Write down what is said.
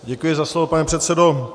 Děkuji za slovo, pane předsedo.